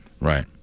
Right